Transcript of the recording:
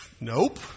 Nope